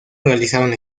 realizaron